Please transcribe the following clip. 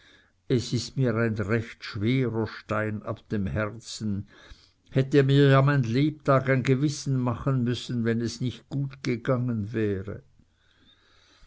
es ist mir ein recht schwerer stein ab dem herzen hätte mir ja mein lebtag ein gewissen machen müssen wenn es nicht gut gegangen wäre